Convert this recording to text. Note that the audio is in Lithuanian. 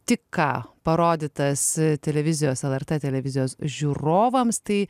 tik ką parodytas televizijos lrt televizijos žiūrovams tai